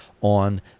on